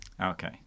Okay